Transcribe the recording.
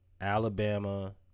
Alabama